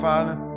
Father